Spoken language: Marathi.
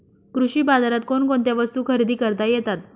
कृषी बाजारात कोणकोणत्या वस्तू खरेदी करता येतात